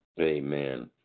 amen